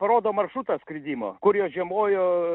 parodo maršrutą skridimo kur jos žiemojo